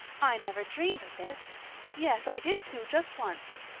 i never dreamed of this yes, i did too, just once!